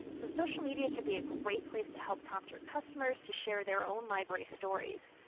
so social media can be a great place to help prompt your customers to share their own library stories.